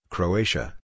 Croatia